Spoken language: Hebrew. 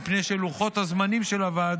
מפני שלוחות הזמנים של הוועדות